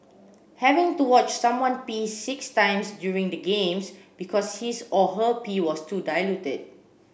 having to watch someone pee six times during the games because his or her pee was too diluted